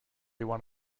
one